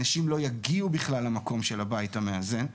אנשים לא יגיעו בכלל למקום של הבית המאזן.